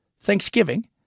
Thanksgiving